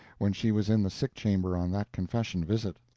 when she was in the sick-chamber on that confession visit.